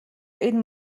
энэ